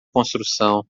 construção